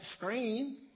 screen